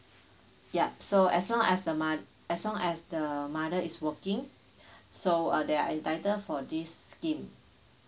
yup so as long as the mot~ as long as the mother is working so uh they are entitled for this scheme